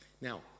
Now